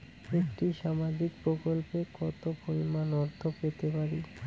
একটি সামাজিক প্রকল্পে কতো পরিমাণ অর্থ পেতে পারি?